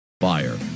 Fire